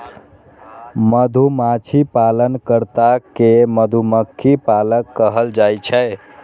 मधुमाछी पालन कर्ता कें मधुमक्खी पालक कहल जाइ छै